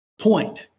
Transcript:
point